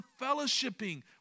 fellowshipping